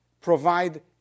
provide